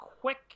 quick